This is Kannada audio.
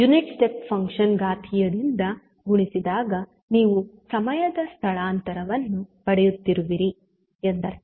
ಯುನಿಟ್ ಸ್ಟೆಪ್ ಫಂಕ್ಷನ್ ಘಾತೀಯದಿಂದ ಗುಣಿಸಿದಾಗ ನೀವು ಸಮಯದ ಸ್ಥಳಾಂತರವನ್ನು ಪಡೆಯುತ್ತಿರುವಿರಿ ಎಂದರ್ಥ